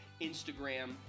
Instagram